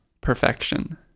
perfection